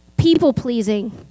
people-pleasing